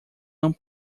não